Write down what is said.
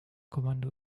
kommando